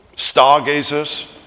Stargazers